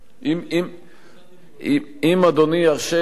אם אדוני ירשה לי,